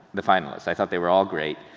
the finalists, i thought they were all great.